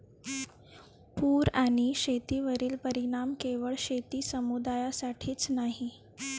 पूर आणि शेतीवरील परिणाम केवळ शेती समुदायासाठीच नाही